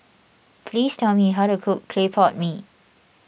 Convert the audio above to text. please tell me how to cook Clay Pot Mee